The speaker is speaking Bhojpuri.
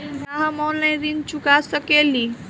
का हम ऑनलाइन ऋण चुका सके ली?